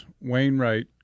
Wainwright